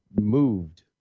moved